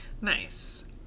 Nice